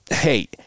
hey